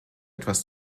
etwas